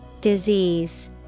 Disease